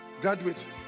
graduate